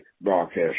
broadcast